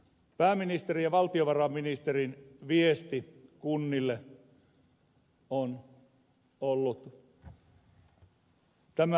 pääministerin ja valtiovarainministerin viesti kunnille on ollut tämä